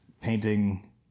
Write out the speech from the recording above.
painting